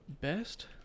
best